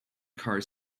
car